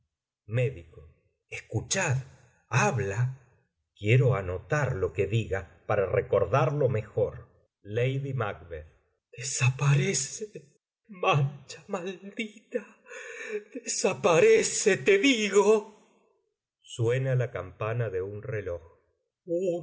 escuchad habla quiero anotar lo que diga para recordarlo mejor lady mac desaparece mancha maldita desaparece te digo suena la campana de un reloj